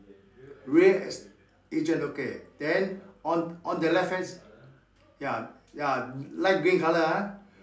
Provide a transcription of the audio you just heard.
real es~ agent okay then on on the left hand ya ya light green colour ah